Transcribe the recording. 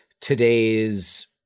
today's